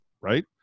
Right